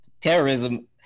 terrorism